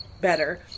better